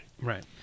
Right